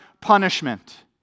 punishment